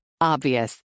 Obvious